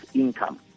income